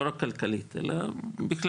לא רק כלכלית אלא בכלל.